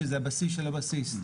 שזה הבסיס של הבסיס,